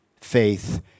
faith